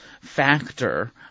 factor